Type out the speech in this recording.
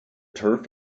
turf